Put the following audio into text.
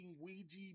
Ouija